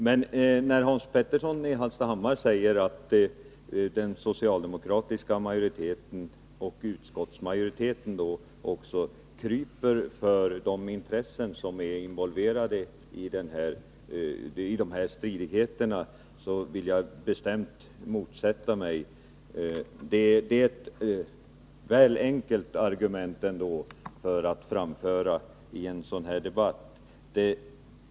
Men när Hans Petersson säger att den socialdemokratiska majoriteten, och därmed också utskottsmajoriteten, kryper för de intressen som är involverade i dessa stridigheter, vill jag bestämt motsätta mig det. Det är ett väl enkelt argument att framföra i en sådan här debatt.